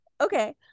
Okay